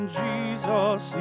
jesus